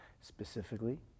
Specifically